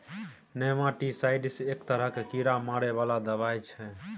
nematicides एक तरहक कीड़ा मारै बला दबाई छै